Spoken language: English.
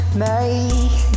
make